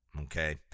okay